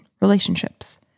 relationships